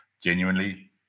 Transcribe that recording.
genuinely